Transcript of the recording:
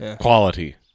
Quality